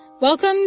Welcome